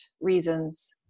reasons